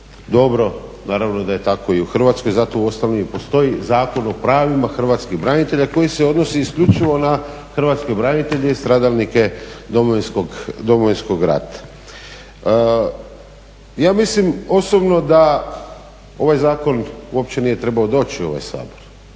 dobro naravno da je tako i u Hrvatskoj. Zato uostalom i postoji Zakon o pravima hrvatskih branitelja koji se odnosi isključivo na hrvatske branitelje i stradalnike Domovinskog rata. Ja mislim osobno da ovaj zakon uopće nije trebao doći u ovaj Sabor,